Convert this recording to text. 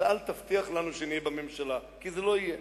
אז אל תבטיח לנו שנהיה בממשלה כי זה לא יהיה.